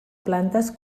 plantes